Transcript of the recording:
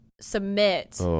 submit